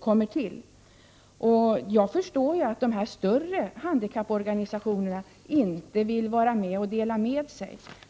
kommer till. Jag förstår att de större handikapporganisationerna inte vill dela med sig.